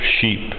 sheep